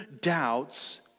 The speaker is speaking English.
doubts